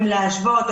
אם להשוות,